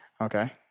Okay